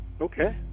Okay